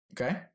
Okay